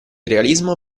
realismo